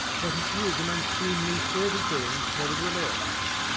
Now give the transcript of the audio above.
but it is an unseemly state of things, nevertheless.